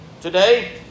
today